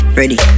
ready